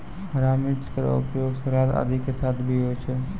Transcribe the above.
हरा मिर्च केरो उपयोग सलाद आदि के साथ भी होय छै